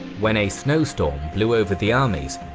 when a snowstorm blew over the armies,